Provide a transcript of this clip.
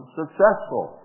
successful